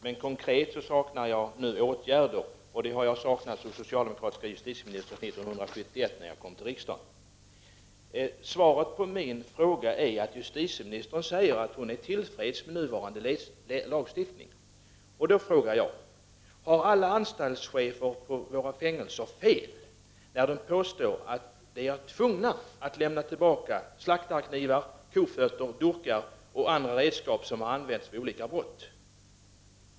Men jag saknar konkreta åtgärder, och det har jag saknat hos socialdemokratiska justitieministrar sedan 1971, då jag kom till riksdagen. Svaret på min fråga är att justitieministern är till freds med nuvarande lagstiftning. Då frågar jag: Har alla anstaltsoch fängelsechefer fel när de påstår att de är tvungna att lämna tillbaka slaktarknivar, kofötter, dyrkar och andra redskap som använts vid olika brott?